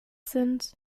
sind